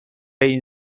این